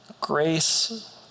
Grace